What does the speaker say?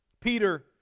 Peter